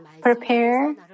prepare